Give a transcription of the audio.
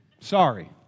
sorry